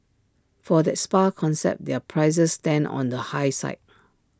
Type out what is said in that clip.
for that spa concept their prices stand on the high side